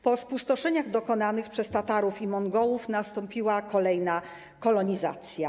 Po spustoszeniach dokonanych przez Tatarów i Mongołów nastąpiła kolejna kolonizacja.